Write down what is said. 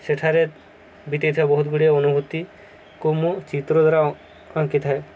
ସେଠାରେ ବିତିଥିବା ବହୁତ ଗୁଡ଼ିଏ ଅନୁଭୂତିକୁ ମୁଁ ଚିତ୍ର ଦ୍ୱାରା ଆଙ୍କିଥାଏ